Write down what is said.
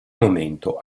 momento